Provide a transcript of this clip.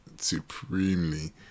supremely